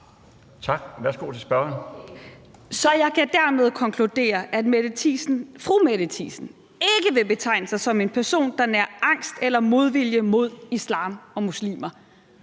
Så jeg kan dermed konkludere, at fru Mette Thiesen ikke vil betegne sig som en person, der nærer angst for eller modvilje mod islam og muslimer.